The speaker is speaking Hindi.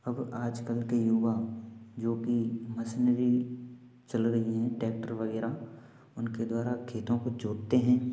अब आज कल के युवा जो कि मशीनरी चल रही है ट्रैक्टर वगैरह उनके द्वारा खेतों को जोतते हैं